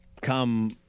come